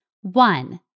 One